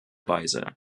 weise